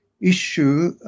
issue